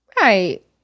Right